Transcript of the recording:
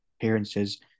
appearances